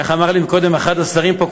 איך אמר לי קודם אחד השרים פה?